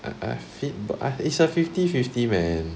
I I it's a fifty fifty man